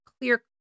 clear